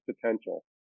potential